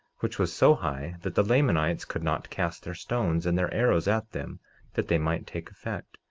which was so high that the lamanites could not cast their stones and their arrows at them that they might take effect,